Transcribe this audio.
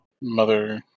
Mother